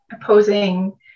opposing